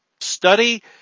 study